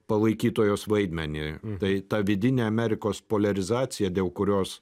palaikytojos vaidmenį tai ta vidinė amerikos poliarizacija dėl kurios